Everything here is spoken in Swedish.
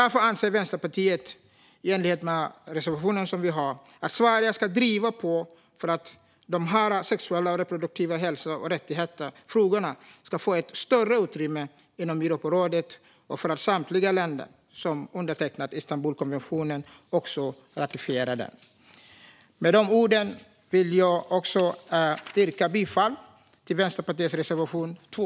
Därför anser Vänsterpartiet, i enlighet med vår reservation, att Sverige ska driva på för att frågor om sexuell och reproduktiv hälsa och rättigheter ska få ett större utrymme inom Europarådet och för att samtliga länder som undertecknat Istanbulkonventionen också ratificerar den. Med dessa ord vill jag yrka bifall till Vänsterpartiets reservation 2.